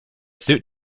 suit